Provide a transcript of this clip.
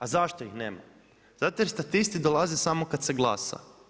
A zašto ih nema? zato jer statisti dolaze samo kada se glasa.